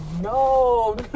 no